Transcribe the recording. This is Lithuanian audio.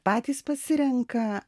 patys pasirenka